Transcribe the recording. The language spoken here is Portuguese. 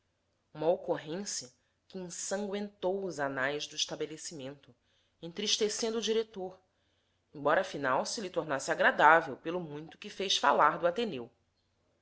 uma ocorrência que ensangüentou os anais do estabelecimento entristecendo o diretor embora afinal se lhe tornasse agradável pelo muito que fez falar do ateneu